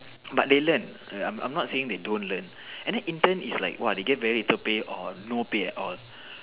but they learn I'm I'm not saying they don't learn and then intern is like !wow! they get very little pay or no pay at all